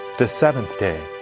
the seventh day.